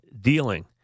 dealing